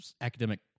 academic